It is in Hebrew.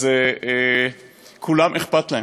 אז כולם אכפת להם.